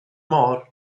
môr